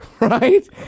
Right